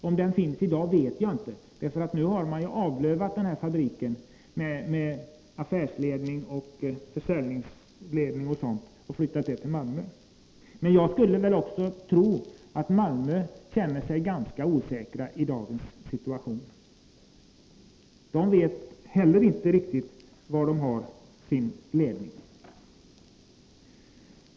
Om den finns i dag vet jag inte, man har ju nu ”avlövat” denna fabrik på affärsledning och försäljningsledning och flyttat dessa till Malmö. Men jag skulle tro att man också i Malmö känner sig ganska osäker i dagens situation. Man vet heller inte riktigt var man har sin ledning.